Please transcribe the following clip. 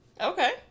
Okay